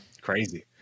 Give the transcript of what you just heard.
Crazy